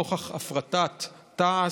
נוכח הפרטת תעש,